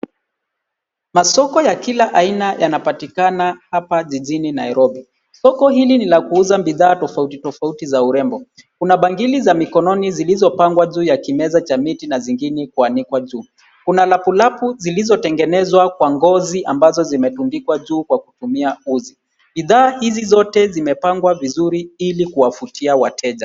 Masoko ya kila aina yanapatikana hapa jijini Nairobi, soko hili ni la kuuza bidhaa tofauti tofauti za urembo. Kuna bangili za mikononi zilizopangwa kwa juu ya kimeza cha kimiti na zingine kuanikwa juu. Kuna lapulapu zilizotengenezwa kwa ngozi ambazo zimetundikwa juu kwa kutumia uzi. Bidhaa hizi zote zimepangwa vizuri ili kuwavutia wateja.